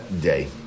day